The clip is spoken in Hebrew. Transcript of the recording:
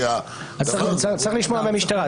צריך לשמוע מהמשטרה.